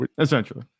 essentially